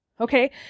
Okay